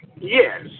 Yes